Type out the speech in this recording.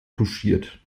touchiert